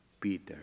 Peter